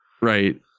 Right